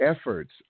efforts